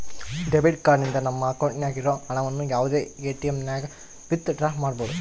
debit card ನಿಂದ ನಮ್ಮ ಅಕೌಂಟ್ನಾಗ ಇರೋ ಹಣವನ್ನು ಯಾವುದೇ ಎಟಿಎಮ್ನಾಗನ ವಿತ್ ಡ್ರಾ ಮಾಡ್ಬೋದು